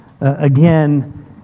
again